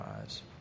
eyes